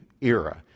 era